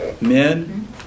men